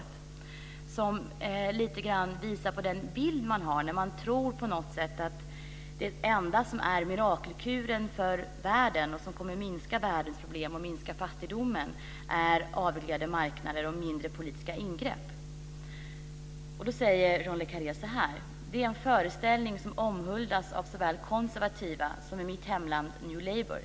Det visar lite grann den bild man har när man tror att det enda som är mirakelkuren för världen, som kommer att minska dess problem och minska fattigdomen, är avreglerade marknader och mindre politiska ingrepp. John le Carré säger så här: "Det är en föreställning som omhuldas av såväl konservativa som, i mitt hemland, New Labour.